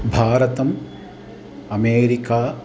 भारतम् अमेरिका